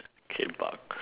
K-pop